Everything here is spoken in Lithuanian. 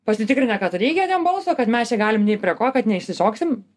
pasitikrinę kad reikia ten balso kad mes čia galim nei prie ko kad neišsišoksim